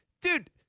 dude